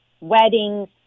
weddings